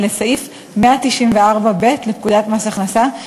הן לסעיף 194ב לפקודת מס הכנסה,